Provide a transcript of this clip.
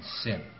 sin